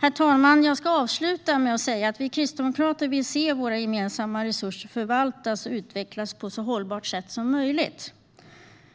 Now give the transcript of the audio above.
Herr talman! Jag ska avsluta med att säga att vi kristdemokrater vill se våra gemensamma resurser förvaltas och utvecklas på ett så hållbart sätt som möjligt.